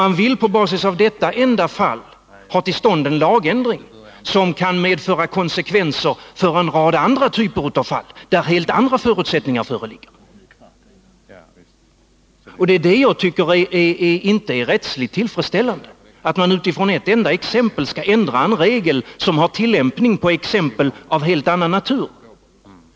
Man vill på basis av detta enda fall få till stånd en lagändring, som kan få konsekvenser för en rad andra typer av fall där helt andra förutsättningar föreligger. Jag tycker inte det är rättsligt tillfredsställande att utifrån ett enda exempel ändra en regel som har tillämpning på fall av helt annan natur.